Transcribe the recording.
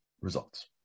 Results